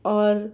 اور